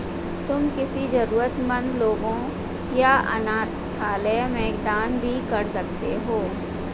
तुम किसी जरूरतमन्द लोगों या अनाथालय में दान भी कर सकते हो